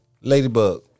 Ladybug